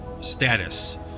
status